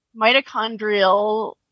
mitochondrial